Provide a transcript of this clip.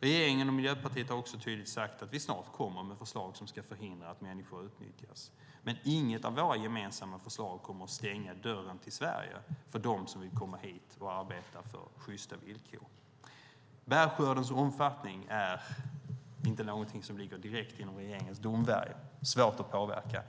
Regeringen och Miljöpartiet har också tydligt sagt att vi snart kommer med förslag som ska förhindra att människor utnyttjas. Men inget av våra gemensamma förslag kommer att stänga dörren till Sverige för dem som vill komma hit och arbeta med sjysta villkor. Bärskördens omfattning är inte någonting som ligger direkt inom regeringens domvärjo - det är svårt att påverka.